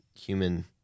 human